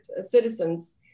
citizens